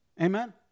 Amen